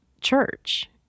church